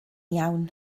iawn